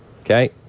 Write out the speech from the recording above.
Okay